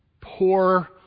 poor